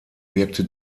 wirkte